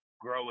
grow